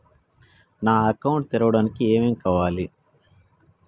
నా అకౌంట్ ని తెరవడానికి ఏం ఏం కావాలే?